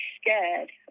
scared